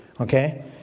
Okay